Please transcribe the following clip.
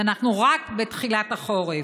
ואנחנו רק בתחילת החורף,